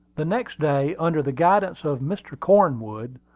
the next day, under the guidance of mr. cornwood,